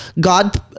God